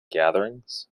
gatherings